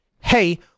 Hey